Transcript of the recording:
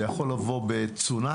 זה יכול לבוא בצונאמי,